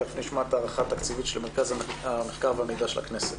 נשמע בהמשך את ההערכה התקציבית של מרכז המחקר והמידע של הכנסת.